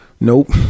Nope